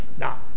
Now